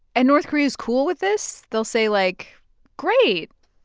and north korea's cool with this? they'll say like great,